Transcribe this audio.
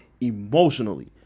emotionally